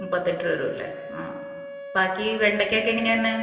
മുപ്പത്തെട്ട് രുപ വരും അല്ലേ ബാക്കി വെണ്ടക്കക്കെങ്ങനെന്നെ